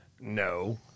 No